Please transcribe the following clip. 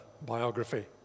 biography